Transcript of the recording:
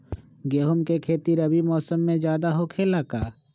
गेंहू के खेती रबी मौसम में ज्यादा होखेला का?